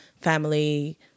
family